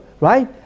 Right